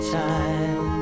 time